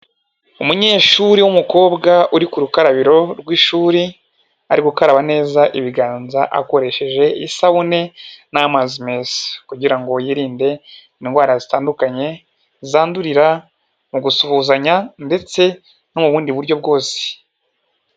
Umunyeshuri w'umukobwa uri ku rukarabiro rw'ishuri, ari gukaraba neza ibiganza akoresheje isabune n'amazi meza; kugira ngo yirinde indwara zitandukanye zandurira mu gusuhuzanya ndetse no mu bundi buryo bwose.